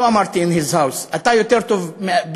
לא אמרתי in his house, אתה יותר טוב באנגלית